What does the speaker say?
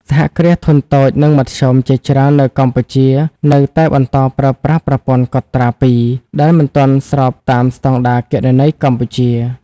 សហគ្រាសធុនតូច និងមធ្យម ជាច្រើននៅកម្ពុជានៅតែបន្តប្រើប្រាស់ "ប្រព័ន្ធកត់ត្រាពីរ" ដែលមិនទាន់ស្របតាមស្ដង់ដារគណនេយ្យកម្ពុជា ។